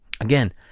Again